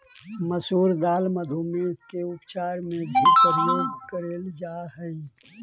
मसूर दाल मधुमेह के उपचार में भी प्रयोग करेल जा हई